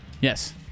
Yes